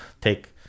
take